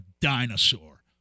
dinosaur